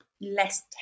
less